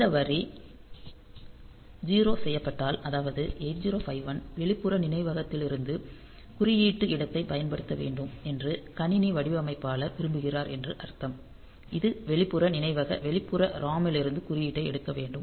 இந்த வரி 0 செய்யப்பட்டால் அதாவது 8051 வெளிப்புற நினைவகத்திலிருந்து குறியீட்டு இடத்தைப் பயன்படுத்த வேண்டும் என்று கணினி வடிவமைப்பாளர் விரும்புகிறார் என்று அர்த்தம் இது வெளிப்புற நினைவக வெளிப்புற ROM இலிருந்து குறியீட்டை எடுக்க வேண்டும்